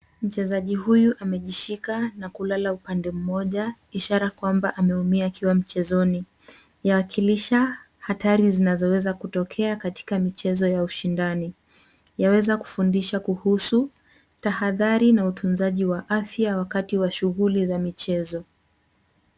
Mchezaji huyu amejishika na kulala upande mmoja, ishara kwamba ameumia akiwa mchezoni. Yaakilisha hatari zinazoweza kutokea katika michezo ya ushindani. Yaweza kufundisha kuhusu tahadhari na utunzaji wa afya wakati wa shughuli za michezo.